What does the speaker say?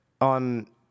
on